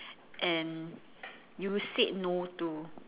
and you said no to